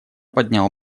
поднял